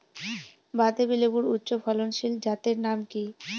বাতাবি লেবুর উচ্চ ফলনশীল জাতের নাম কি?